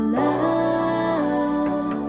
love